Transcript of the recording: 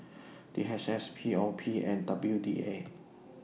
D H S P O P and W D A